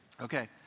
Okay